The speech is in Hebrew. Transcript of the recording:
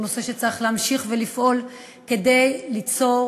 הוא נושא שצריך להמשיך ולפעול כדי ליצור